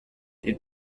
den